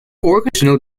organizational